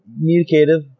communicative